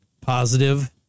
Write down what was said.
positive